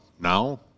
now